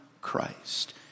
Christ